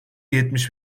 yetmiş